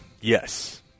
Yes